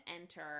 enter